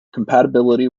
compatibility